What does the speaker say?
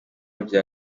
bya